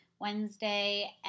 wednesday